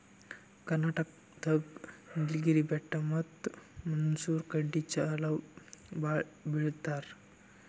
ಕರ್ನಾಟಕ್ ದಾಗ್ ನೀಲ್ಗಿರಿ ಬೆಟ್ಟ ಮತ್ತ್ ಮುನ್ನೂರ್ ಕಡಿ ಚಾ ಭಾಳ್ ಬೆಳಿತಾರ್